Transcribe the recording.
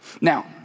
Now